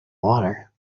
water